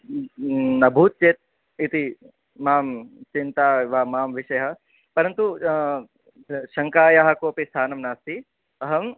न भूत् चेत् इति मां चिन्ता एव मां विषयः परन्तु शङ्कायाः कोऽपि स्थानं नास्ति अहं